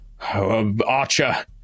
Archer